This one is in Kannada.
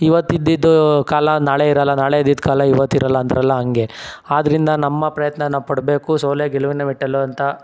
ಇವತ್ತು ಇದ್ದಿದ್ದು ಕಾಲ ನಾಳೆ ಇರಲ್ಲ ನಾಳೆ ಇದಿದ್ದ ಕಾಲ ಇವತ್ತಿರಲ್ಲ ಅಂತಾರಲ್ಲ ಹಂಗೆ ಆದ್ದರಿಂದ ನಮ್ಮ ಪ್ರಯತ್ನ ನಾವು ಪಡಬೇಕು ಸೋಲೇ ಗೆಲುವಿನ ಮೆಟ್ಟಿಲು ಅಂತ